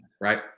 right